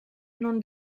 non